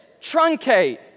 truncate